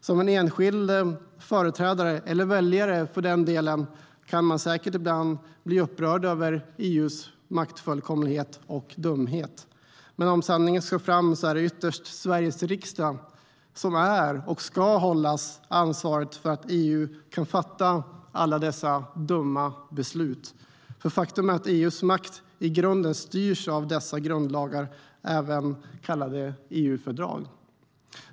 Som enskild företrädare - eller som väljare, för den delen - kan man säkert ibland bli upprörd över EU:s maktfullkomlighet och dumhet. Men om sanningen ska fram är det ytterst Sveriges riksdag som är och ska hållas ansvarig för att EU kan fatta alla dessa dumma beslut. Faktum är ju att EU:s makt i grunden styrs av grundlagar, även kallade EU-fördrag.